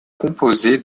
composée